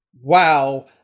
wow